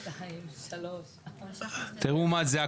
2 תראו מה זה.